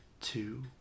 two